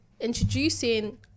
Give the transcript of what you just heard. introducing